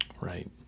Right